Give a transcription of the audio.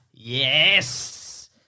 Yes